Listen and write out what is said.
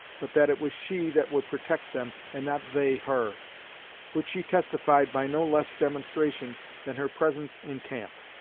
but that it was she that would protect them, and not they her which she testified by no less demonstration than her presence in camp.